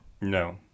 no